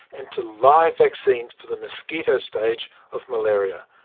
and to live vaccines for the mosquito stage of malaria.